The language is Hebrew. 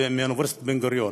מאוניברסיטת בן-גוריון,